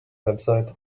website